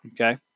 Okay